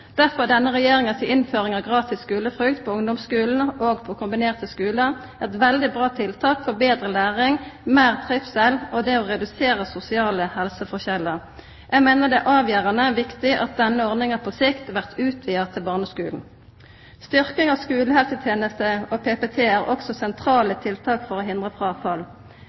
Derfor er denne regjeringas innføring av gratis skulefrukt på ungdomsskulen og på kombinerte skular eit veldig bra tiltak for betre læring, meir trivsel og reduksjon av sosiale helseforskjellar. Eg meiner det er avgjerande viktig at denne ordninga på sikt vert utvida til barneskulen. Styrking av skulehelsetenesta og PPT er også sentrale tiltak for å hindra fråfall.